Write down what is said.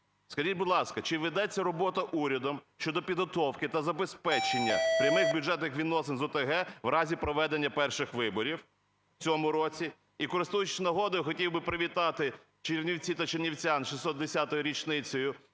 Скажіть, будь ласка, чи ведеться робота урядом щодо підготовки та забезпечення прямих бюджетних відносин з ОТГ в разі проведення перших виборів в цьому році? І, користуючись нагодою, хотів би привітати Чернівці та чернівчан з 610-ю річницею,